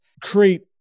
create